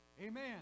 Amen